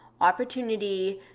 opportunity